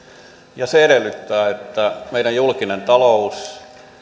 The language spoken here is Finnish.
ja se edellyttää että meidän julkinen talous